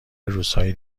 روزهای